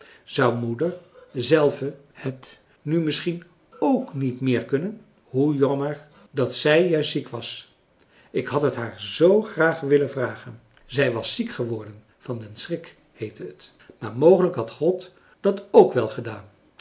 zou moeder zelve het nu misschien ook niet meer kunnen hoe jammer dat zij juist ziek was ik had het haar zoo graag willen vragen zij was ziek geworden van den schrik heette het maar mogelijk had god dat ook wel gefrançois